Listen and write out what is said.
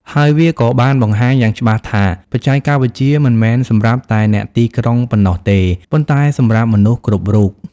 ហើយវាក៏បានបង្ហាញយ៉ាងច្បាស់ថា បច្ចេកវិទ្យាមិនមែនសម្រាប់តែអ្នកទីក្រុងប៉ុណ្ណោះទេ ប៉ុន្តែសម្រាប់មនុស្សគ្រប់រូប។